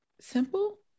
simple